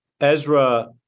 Ezra